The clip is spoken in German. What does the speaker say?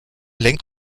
lenkt